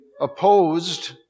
opposed